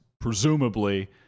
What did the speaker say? presumably